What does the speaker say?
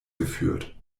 geführt